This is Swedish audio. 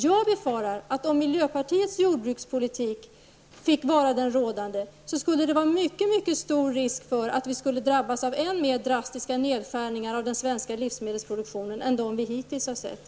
Jag befarar att det, om miljöpartiets jordbrukspolitik finge vara den rådande, skulle vara mycket stor risk för att vi skulle drabbas av ännu mer drastiska nedskärningar av den svenska livsmedelsproduktionen än de vi hittills har sett.